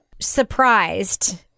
surprised